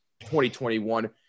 2021